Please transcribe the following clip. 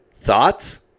Thoughts